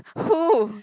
who